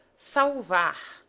salvar,